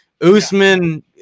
Usman